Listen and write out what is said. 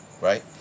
right